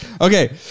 Okay